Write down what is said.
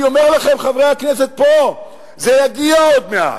אני אומר לכם, חברי הכנסת פה, זה יגיע עוד מעט.